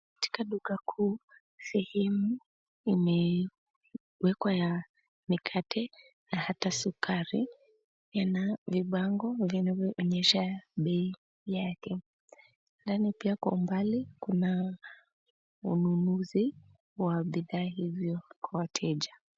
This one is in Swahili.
Katika duka kuu, sehemu imewekwa ya mikate na hata sukari. Ina vibango vinavyoonesha bei yake. Ndani pia kwa umbali kuna wanunuzi wa bidhaa hizo kwa wateja.